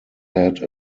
had